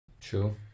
true